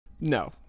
No